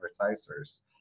advertisers